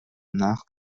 nach